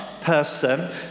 person